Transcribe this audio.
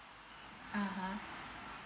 (uh huh)